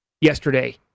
yesterday